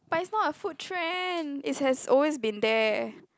but it's not a food trend it has always been there